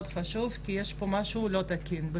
לפי מה שידוע לי מקורב לדרעי, גיסו,